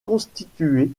constituées